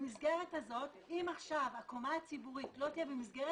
אם הקומה הציבורית לא תהיה במסגרת